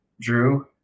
drew